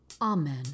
Amen